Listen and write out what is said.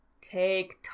Take